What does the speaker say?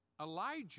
Elijah